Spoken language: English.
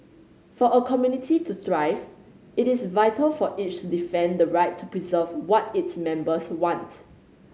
for a community to thrive it is vital for each to defend the right to preserve what its members wants